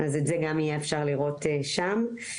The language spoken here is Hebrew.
גם את זה אפשר לראות שם.